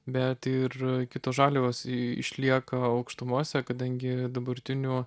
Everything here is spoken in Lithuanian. bet ir kitos žaliavos išlieka aukštumose kadangi dabartiniu